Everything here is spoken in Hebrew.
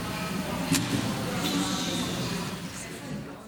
ולכן תעבור לוועדת